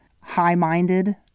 high-minded